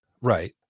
Right